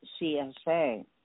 CSA